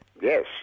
Yes